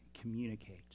communicate